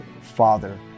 father